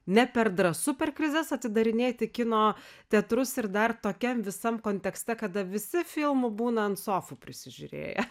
ne per drąsu per krizes atidarinėti kino teatrus ir dar tokiam visam kontekste kada visi filmų būna ant sofų prisižiūrėję